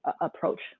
approach